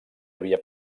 havia